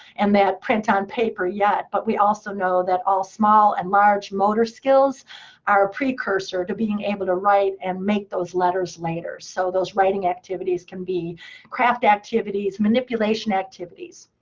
and that print on paper yet. but we also know that all small and large motor skills are a precursor to being able to write and make those letters later. so those writing activities can be craft activities, manipulation activities.